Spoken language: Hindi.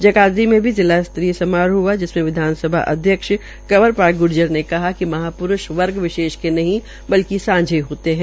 जगाधरी में भी जिला स्तरीय समारोह हआ जिसमें विधानसभा अध्यक्ष कंवरपाल गुर्जर ने कहा कि महाप्रूषों वर्ग विशेष के नहीं बल्क सांझे होते है